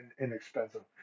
inexpensive